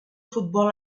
futbol